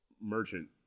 Merchant